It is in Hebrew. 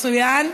מצוין.